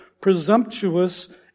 presumptuous